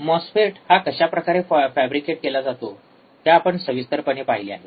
MOSFET हा कशाप्रकारे fabricate केला जातो हे आपण सविस्तरपणे पाहिले आहे